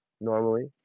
normally